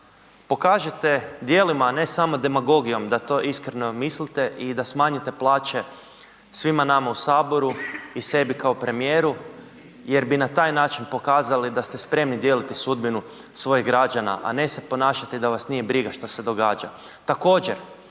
pokažete djelima, a ne samo demagogijom da to iskreno mislite i da smanjite plaće svima nama u saboru i sebi kao premijeru jer bi na taj način pokazali da ste spremni dijeliti sudbinu svojih građana, a ne se ponašati da vas nije briga što se događa.